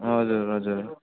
हजुर हजुर